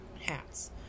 hats